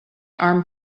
arm